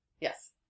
Yes